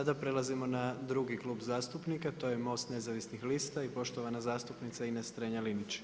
Sada prelazimo na drugi klub zastupnika, to je MOST Nezavisnih lista i poštovana zastupnica Ines Strenja-Linić.